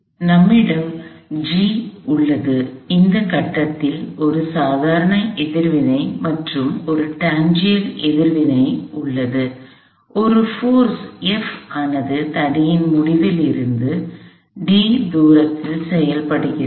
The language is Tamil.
எனவே நம்மிடம் G உள்ளது இந்த கட்டத்தில் ஒரு சாதாரண எதிர்வினை மற்றும் ஒரு டான்ஜென்ஷியல் எதிர்வினை உள்ளது ஒரு போர்ஸ் விசை F ஆனது தடியின் முடிவில் இருந்து d தூரத்தில் செயல்படுகிறது